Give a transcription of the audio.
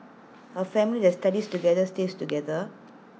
A family that studies together stays together